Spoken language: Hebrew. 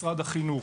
משרד החינוך